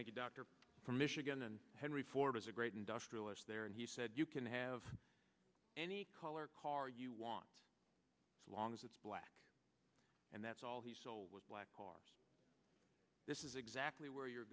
thank you doctor from michigan and henry ford is a great industrialist there and he said you can have any color car you want so long as it's black and that's all he sold was black cars this is exactly where you're